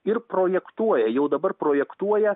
ir projektuoja jau dabar projektuoja